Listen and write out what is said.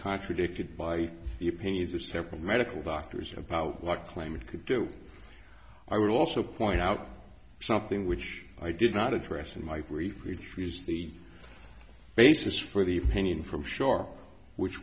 contradicted by the opinions of separate medical doctors about like claim it could do i would also point out something which i did not address in my brief which was the basis for the opinion from shore which